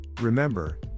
Remember